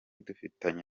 dufitanye